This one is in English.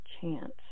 chance